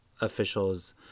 officials